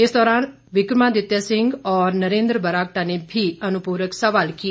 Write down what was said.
इस दौरान विक्रमादित्य सिंह व नरेंद्र बरागटा ने भी अनुपूरक सवाल किए